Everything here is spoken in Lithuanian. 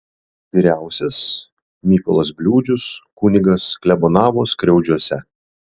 vyriausias mykolas bliūdžius kunigas klebonavo skriaudžiuose